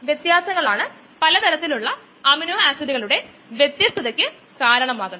അതിനാൽ കോംപ്റ്റിറ്റിവ് ഇൻഹിബിഷന്റെ കാര്യത്തിൽ Km പരിഷ്ക്കരിക്കപ്പെടുന്നു